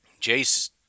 Jace